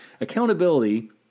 accountability